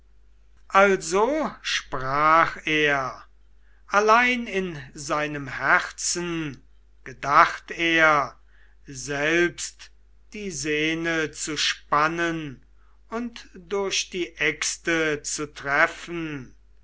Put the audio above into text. also sprach er allein in seinem herzen gedacht er selbst die senne zu spannen und durch die äxte zu treffen